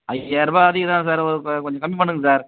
ஐயாயிரம் ரூபாய் அதிகம் தான் சார் ஒரு இப்போ கொஞ்சம் கம்மி பண்ணுங்க சார்